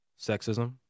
sexism